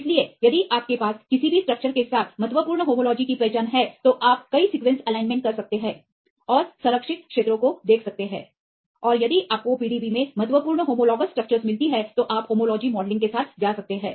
इसलिए यदि आपके पास किसी भी स्ट्रक्चर के साथ महत्वपूर्ण होमोलॉजीhomology महत्व की पहचान है तो आप कई सीक्वेंस एलाइनमेंट कर सकते हैं और संरक्षित क्षेत्रों को देख सकते हैं और यदि आपको PDB में महत्वपूर्ण होमोलॉग्स स्ट्रक्चर्स मिलती हैं तो आप होमोलॉजी मॉडलिंग के साथ जा सकते हैं